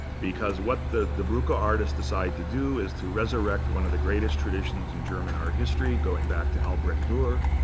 because what the die brucke ah artists decide to do is to resurrect one of the greatest traditions in german art history, going back to albrecht durer,